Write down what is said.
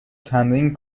تمرین